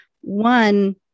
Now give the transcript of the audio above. One